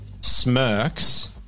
Smirks